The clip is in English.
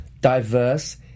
diverse